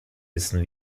wissen